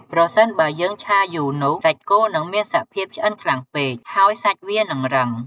ប្រសិនបើយើងឆាយូរនោះសាច់គោនឹងមានសភាពឆ្អិនខ្លាំងពេកហើយសាច់វានិងរឹង។